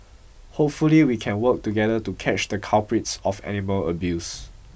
hopefully we can work together to catch the culprits of animal abuse